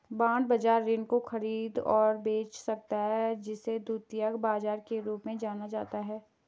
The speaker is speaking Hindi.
बांड बाजार ऋण को खरीद और बेच सकता है जिसे द्वितीयक बाजार के रूप में जाना जाता है